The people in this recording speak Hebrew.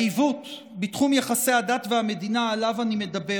העיוות בתחום יחסי הדת והמדינה שעליו אני מדבר